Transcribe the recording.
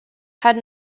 had